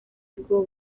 bwo